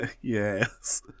Yes